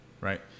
Right